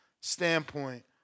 standpoint